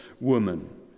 woman